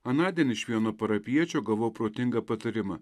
anądien iš vieno parapijiečio gavau protingą patarimą